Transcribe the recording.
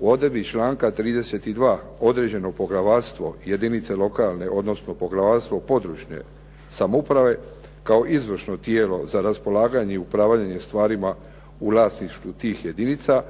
u odredbi članka 32. određeno poglavarstvo jedinice lokalne, odnosno poglavarstvo područne samouprave kao izvršno tijelo za raspolaganje i upravljanje stvarima u vlasništvu tih jedinica,